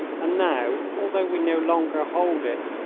and now, although we no longer hold it,